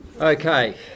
Okay